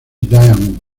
diamond